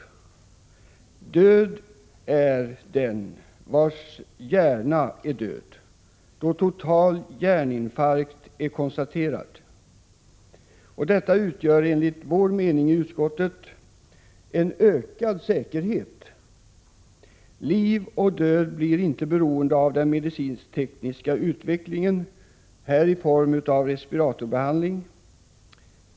Död är den vars hjärna är död; då total hjärninfarkt är konstaterad. Detta utgör, enligt vår mening i utskottet, en ökad säkerhet. Liv och död blir inte beroende av den medicinsk-tekniska utvecklingen, här i form av respiratorbehandling.